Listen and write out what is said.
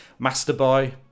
Masterboy